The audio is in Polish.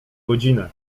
godzinę